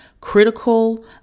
critical